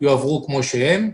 יועברו כפי שהם.